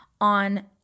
on